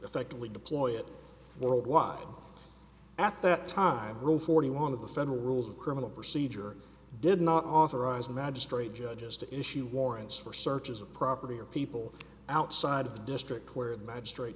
effectively deploy it worldwide at that time rule forty one of the federal rules of criminal procedure did not authorize magistrate judges to issue warrants for searches of property or people outside of the district where